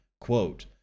Quote